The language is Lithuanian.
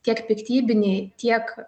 tiek piktybiniai tiek